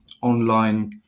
online